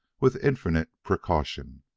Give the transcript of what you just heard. with infinite precaution,